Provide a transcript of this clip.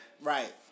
right